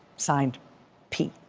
signed p.